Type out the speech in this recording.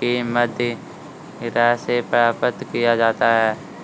की मदिरा से प्राप्त किया जाता है